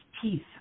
teeth